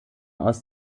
aus